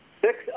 Six